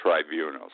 Tribunals